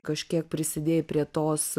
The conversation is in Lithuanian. kažkiek prisidėjai prie tos